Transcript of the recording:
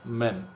men